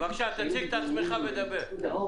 אל תיכנס עכשיו לדיון.